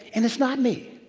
and it's not me,